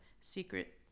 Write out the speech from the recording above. secret